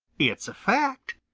it's a fact,